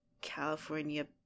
California